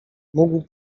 mógł